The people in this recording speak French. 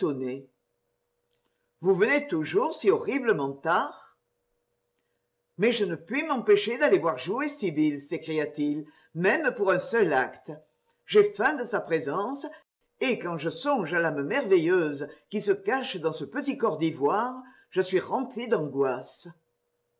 vous venez toujours si horriblement tard mais je ne puis m'empêcher d aller voir jouer sibyl s'écria-t-il même pour un seul acte j'ai faim de sa présence et quand je songe à l'âme merveilleuse qui se cache dans ce petit corps d'ivoire je suia rempli d'angoisse